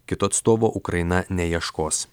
kito atstovo ukraina neieškos